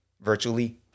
virtually